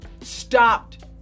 stopped